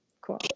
cool